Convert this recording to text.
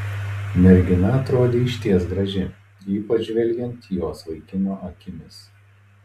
mergina atrodė išties graži ypač žvelgiant jos vaikino akimis